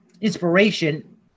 inspiration